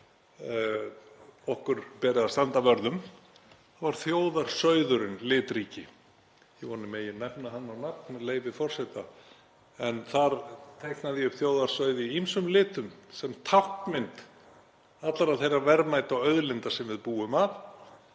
okkur beri að standa vörð um. Það var þjóðarsauðurinn litríki. Ég vona að ég megi nefna hann á nafn, með leyfi forseta. Þar teiknaði ég upp þjóðarsauð í ýmsum litum sem táknmynd allra þeirra verðmæta og auðlinda sem við búum að